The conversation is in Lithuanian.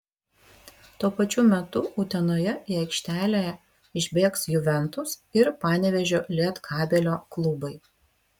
tuo pačiu metu utenoje į aikštelę išbėgs juventus ir panevėžio lietkabelio klubai